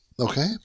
Okay